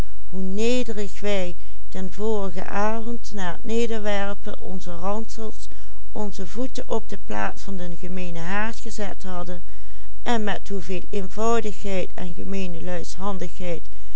op de plaat van den gemeenen haard gezet hadden en met hoeveel eenvoudigheid en gemeenelui's handigheid